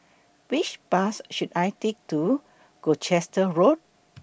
Which Bus should I Take to Gloucester Road